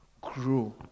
grow